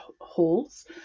holes